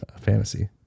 fantasy